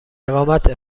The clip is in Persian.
اقامت